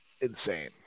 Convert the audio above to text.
insane